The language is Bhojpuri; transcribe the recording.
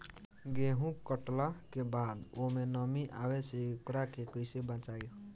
गेंहू कटला के बाद ओमे नमी आवे से ओकरा के कैसे बचाई?